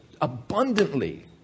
abundantly